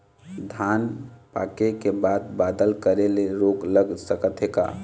धान पाके के बाद बादल करे ले रोग लग सकथे का?